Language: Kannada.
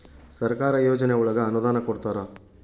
ಸರ್ಕಾರ ಯೋಜನೆ ಒಳಗ ಅನುದಾನ ಕೊಡ್ತಾರ